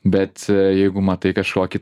bet jeigu matai kažkokį